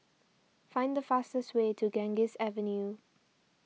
find the fastest way to Ganges Avenue